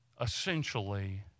essentially